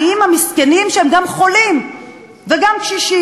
עושה כסף על חשבון העניים המסכנים שהם גם חולים וגם קשישים.